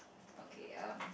okay um